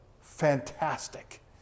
fantastic